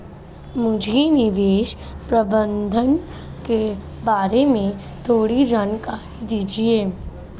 मुझे निवेश प्रबंधन के बारे में थोड़ी जानकारी दीजिए